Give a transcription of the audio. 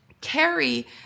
carry